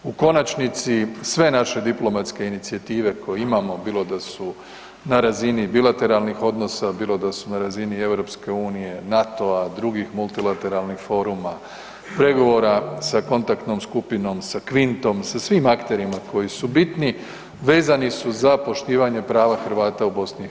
U konačnici sve naše diplomatske inicijative koje imamo bilo da su na razini bilateralnih odnosa bilo da su na razini EU, NATO-a, drugih multilateralnih foruma, pregovora sa kontaktnom skupinom, sa kvintom, sa svim akterima koji su bitni, vezani su za poštivanje prava Hrvata u BiH.